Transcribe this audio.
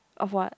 of what